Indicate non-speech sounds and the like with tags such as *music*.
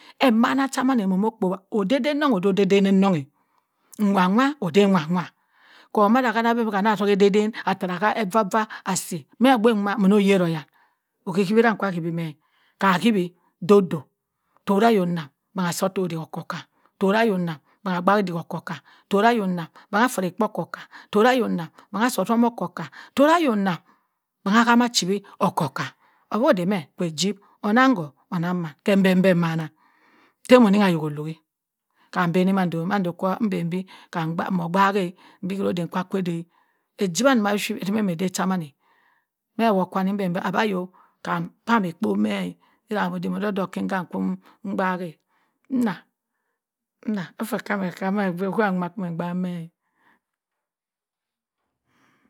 Emana chameh meh moh okpawa odeneng odey odeh neng nwa odey nwa nwa koh mada hama boh be otogha aso moh okpen wo moh oyiro yan ohihi ma kwa hiwo *noise* torayok agbaak udik okakka turayok nem mma freh ekpo okaka tora yok nem aso otom oko- kko torayok nem gba ahama achibeb okoka afo odeme kwi usip onungho onangh mann kebi mbembe manah temo no ayok oluwo kam mbeni mando man mando kwo mbembi kan gbaak eh obi horo oden kwa akwe ede esiwa nda ship etimeh ede chamane beh wo kwom bembo aba oyok pah me ekponmeh iyadim odok odok mgbaak eh nna nna efeh kameh ham ewo eho wa nwa kwom min mgbaak meeh.